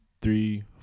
three